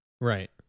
Right